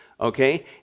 okay